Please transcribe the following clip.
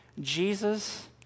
Jesus